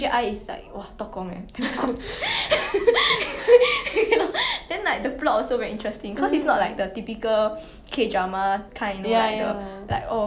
like 破坏